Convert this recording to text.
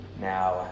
Now